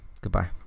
Goodbye